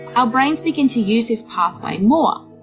our brains begin to use this pathway more,